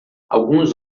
alguns